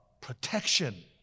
protection